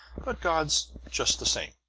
but gods just the same.